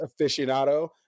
aficionado